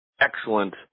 excellent